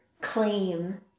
claim